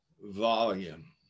volume